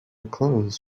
clothes